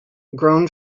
grown